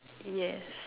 yes